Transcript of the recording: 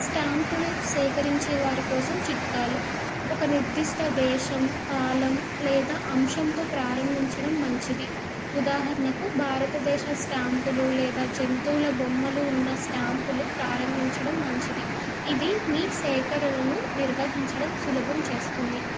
స్టాంపులు సేకరించే వారి కోసం చిట్కాలు ఒక నిర్దిష్ట దేశం కాలం లేదా అంశంతో ప్రారంభించడం మంచిది ఉదాహరణకు భారతదేశ స్టాంపులు లేదా జంతువుల బొమ్మలు ఉన్న స్టాంపులు ప్రారంభించడం మంచిది ఇది మీ సేకరణను నిర్వహించడం సులభం చేస్తుంది